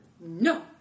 No